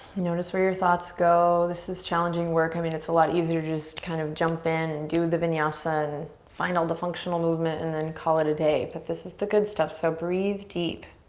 notice where your thoughts go. this is challenging work. i mean it's a lot easier to just kind of jump in and do the vinyasa and find all the functional movement and then call it a day but this is the good stuff so breathe deep.